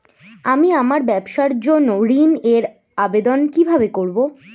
আমি আমার ব্যবসার জন্য ঋণ এর আবেদন কিভাবে করব?